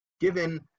given